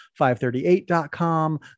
538.com